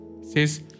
says